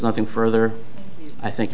nothing further i think